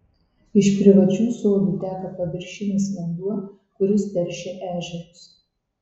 iš privačių sodų teka paviršinis vanduo kuris teršia ežerus